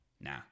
Nah